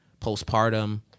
postpartum